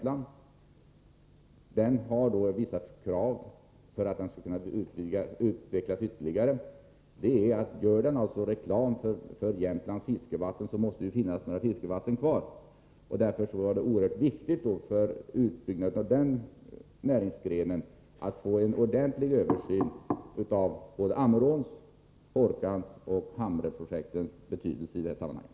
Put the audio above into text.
Denna näringsgren ställer då vissa krav för att den skall kunna utvecklas ytterligare. Dessa går ut på att gör man reklam för Jämtlands fiskevatten måste det ju finnas några fiskevatten kvar. Med hänsyn till utbyggnaden av turismen är det därför mycket väsentligt att det görs en översyn av samtliga projekt — alltså Ammerån, Hårkan och Hamre.